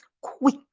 quick